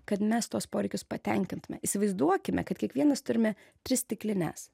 kad mes tuos poreikius patenkintume įsivaizduokime kad kiekvienas turime tris stiklines